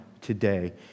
today